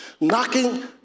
knocking